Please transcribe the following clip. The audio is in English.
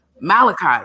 Malachi